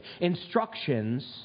instructions